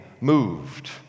moved